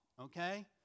okay